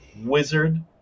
wizard